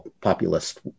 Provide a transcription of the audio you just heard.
populist